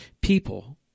people